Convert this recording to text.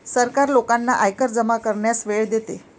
सरकार लोकांना आयकर जमा करण्यास वेळ देते